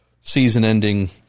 season-ending